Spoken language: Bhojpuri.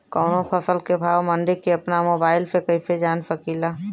कवनो फसल के भाव मंडी के अपना मोबाइल से कइसे जान सकीला?